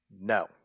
No